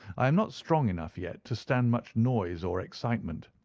i am not strong enough yet to stand much noise or excitement.